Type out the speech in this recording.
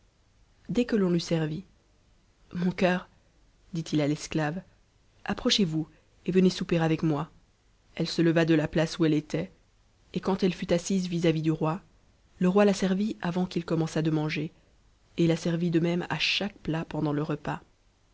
dès que l'on eut servi mon cœur dit-il à l'esclave approchez-vous et venez souper avec moi a elle se leva de la place où elle était et quand elle fut assise vis à vis du roi le roi la servit avant qu'il commençât de manger et la servit de même à chaque plat pendant le repas